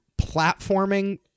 platforming